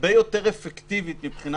הרבה יותר אפקטיבית מבחינה